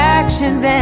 actions